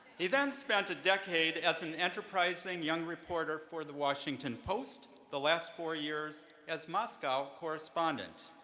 he then spent a decade as an enterprising young reporter for the washington post, the last four years as moscow correspondent.